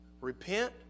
repent